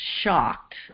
shocked